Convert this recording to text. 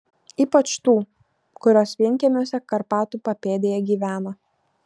ypač tų kurios vienkiemiuose karpatų papėdėje gyvena